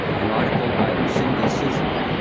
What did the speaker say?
an article by lucinda cisler,